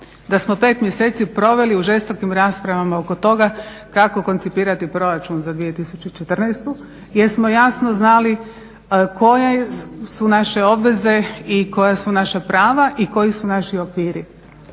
da smo 5 mjeseci proveli u žestokim raspravama oko toga kako koncipirati proračun za 2014. Jesmo jasno znali koje su naše obveze i koja su naša prava i koji su naši okviri.